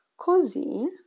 Così